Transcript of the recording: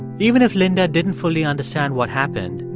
even if linda didn't fully understand what happened,